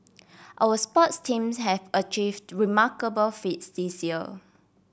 our sports teams have achieve remarkable feats this year